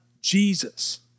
Jesus